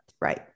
right